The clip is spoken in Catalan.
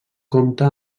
compta